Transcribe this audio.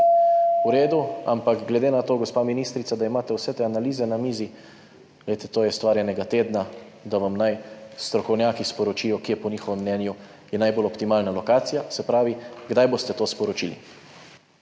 v redu, ampak glede na to, gospa ministrica, da imate vse te analize na mizi, to je stvar enega tedna, da vam naj strokovnjaki sporočijo, kje je po njihovem mnenju najbolj optimalna lokacija. Se pravi, kdaj boste to sporočili?